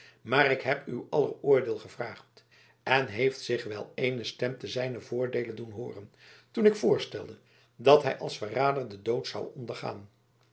maar ik heb uw aller oordeel gevraagd en heeft zich wel ééne stem te zijnen voordeele doen hooren toen ik voorstelde dat hij als verrader den dood zou ondergaan